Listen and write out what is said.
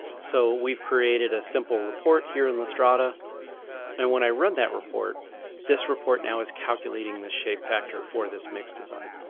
so we've created a simple report here in lastrada and when i run that report this report now is calculating the shape factor for this mix design.